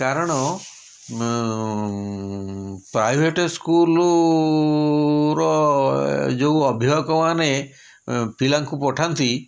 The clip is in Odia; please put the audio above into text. କାରଣ ପ୍ରାଇଭେଟ୍ ସ୍କୁଲ୍ର ଯେଉଁ ଅଭିଭାବକମାନେ ଅଁ ପିଲାଙ୍କୁ ପଠାନ୍ତି